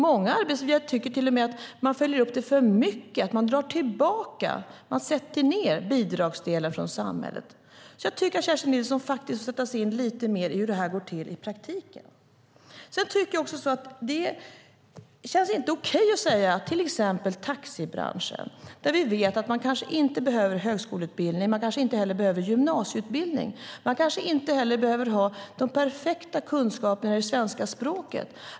Många arbetsgivare tycker till och med att man följer upp det för mycket, att man drar tillbaka och sätter ned bidragsdelen från samhället. Jag tycker att Kerstin Nilsson faktiskt får sätta sig in lite mer i hur det här går till i praktiken. Jag tycker också att det inte känns okej att ta taxibranschen som exempel. Vi vet att man där kanske inte behöver högskoleutbildning eller gymnasieutbildning, och man kanske inte heller behöver ha de perfekta kunskaperna i det svenska språket.